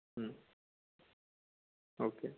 okay